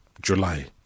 July